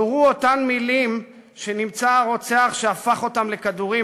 נורו אותן מילים שנמצא הרוצח שהפך אותן לכדורים